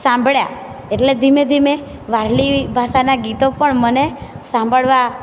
સાંભળ્યા એટલે ધીમે ધીમે વારલી ભાષાનાં ગીતો પણ મને સાંભળવા